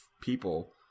people